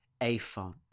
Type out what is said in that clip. Aphon